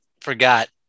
forgot